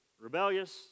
rebellious